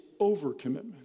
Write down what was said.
overcommitment